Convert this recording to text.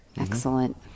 Excellent